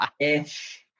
Ish